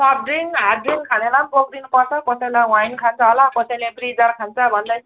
soft drink hard drink खानेलाई बोकिदिनु पर्छ कसैलाई वाइन खान्छ होला कसैले ब्रिजर खान्छ भन्दै